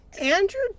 Andrew